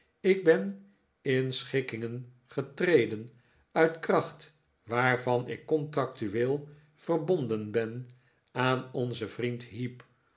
ik ben in schikkingen getreden uit kracht waarvan ik contractueel verbonden ben aan onzen vriend heep